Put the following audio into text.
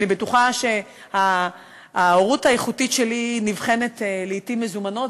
אני בטוחה שההורות האיכותית שלי נבחנת לעתים מזומנות,